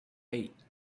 eight